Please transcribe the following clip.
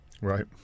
Right